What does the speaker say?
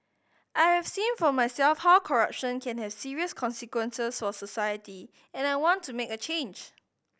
I have seen for myself how corruption can have serious consequences for society and I want to make a change